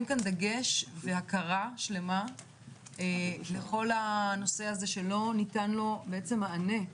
כאן דגש והכרה שלמה לכל הנושא הזה שלא ניתן לו בעצם מענה,